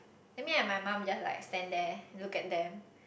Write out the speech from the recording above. then me and my mum just like stand there look at them